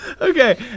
Okay